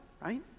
right